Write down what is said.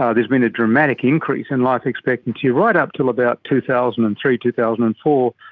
ah there's been a dramatic increase in life expectancy, right up until about two thousand and three, two thousand and four,